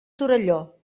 torelló